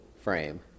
frame